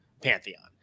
pantheon